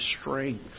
strength